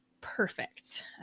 perfect